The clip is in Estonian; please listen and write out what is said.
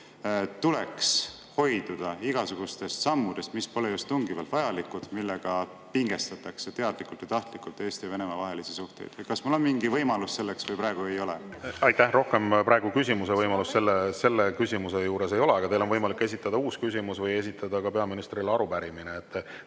hoiduda igasugustest sammudest, mis pole just tungivalt vajalikud, aga millega pingestatakse teadlikult ja tahtlikult Eesti ja Venemaa vahelisi suhteid. Kas mul on mingi võimalus selleks praegu või ei ole? Aitäh! Praegu rohkem küsimise võimalust selle küsimuse juures ei ole, aga teil on võimalik esitada uus küsimus või esitada peaministrile arupärimine.